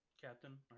Captain